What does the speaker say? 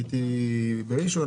הייתי בראשון,